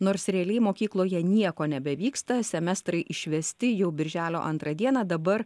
nors realiai mokykloje nieko nebevyksta semestrai išvesti jau birželio antrą dieną dabar